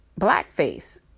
blackface